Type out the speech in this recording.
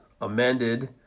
amended